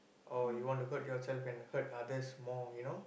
or you want to hurt yourself and hurt others more you know